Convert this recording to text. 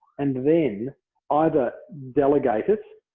and then either delegate it,